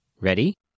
Ready